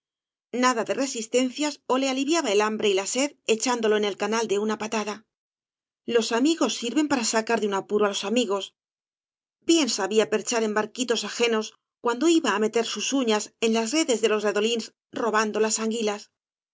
nada de resistencias ó le aliviaba el hambre y la sed echándolo en el canal de una patada los amigos sirven para sacar de un apuro á loa amigos bien sabía perchar en barquitos ajenos cuando iba á meter sus uñas en las redes de los redolíns robando las anguilas